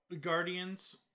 Guardians